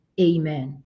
amen